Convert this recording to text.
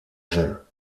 vain